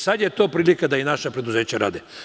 Sada je to prilika da i naša preduzeća rade.